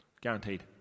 guaranteed